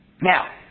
Now